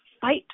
fight